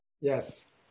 Yes